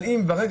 אבל ברגע